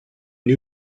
new